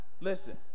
Listen